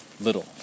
little